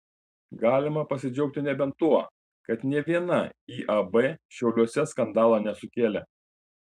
galima pasidžiaugti nebent tuo kad nė viena iab šiauliuose skandalo nesukėlė